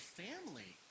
family